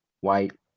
white